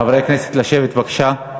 חברי הכנסת, לשבת בבקשה.